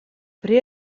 при